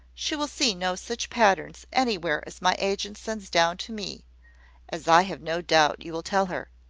she will see no such patterns anywhere as my agent sends down to me as i have no doubt you will tell her.